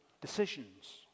decisions